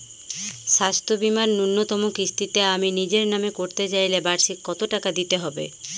স্বাস্থ্য বীমার ন্যুনতম কিস্তিতে আমি নিজের নামে করতে চাইলে বার্ষিক কত টাকা দিতে হবে?